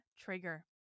Trigger